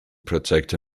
protect